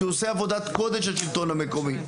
כי הוא עושה עבודת קודש השלטון המקומי.